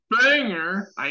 banger